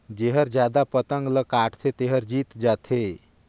जेहर जादा पतंग ल काटथे तेहर जीत जाथे